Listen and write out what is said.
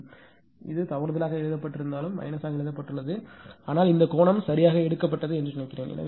இது இது தவறுதலாக எழுதப்பட்டாலும் மைனஸாக எழுதப்பட்டுள்ளது ஆனால் இந்த கோணம் சரியாக எடுக்கப்பட்டது என்று நினைக்கிறேன்